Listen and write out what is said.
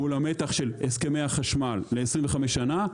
מול המתח של הסכמי החשמל ל-25 שנה,